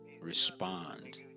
respond